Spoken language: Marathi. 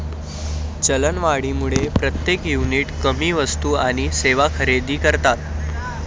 चलनवाढीमुळे प्रत्येक युनिट कमी वस्तू आणि सेवा खरेदी करतात